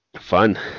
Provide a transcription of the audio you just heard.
fun